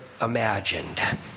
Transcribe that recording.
Imagined